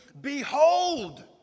Behold